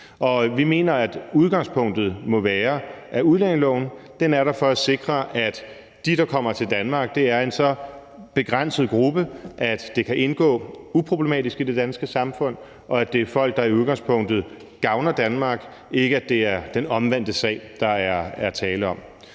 Vi mener, at udgangspunktet må være, at udlændingeloven er der for at sikre, at de, der kommer til Danmark, er en så begrænset gruppe, at de kan indgå uproblematisk i det danske samfund, og at det er folk, der i udgangspunktet gavner Danmark, og at det ikke er det omvendte, der er tale om.